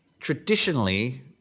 Traditionally